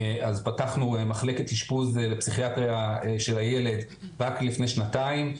אז פתחנו מחלקת אשפוז פסיכיאטריה של הילד רק לפני שנתיים.